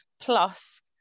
plus